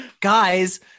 guys